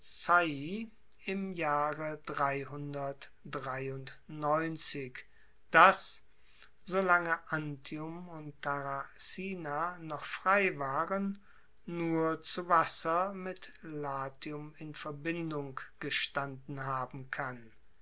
im jahre das solange antium und tarracina noch frei waren nur zu wasser mit latium in verbindung gestanden haben kann